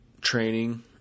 Training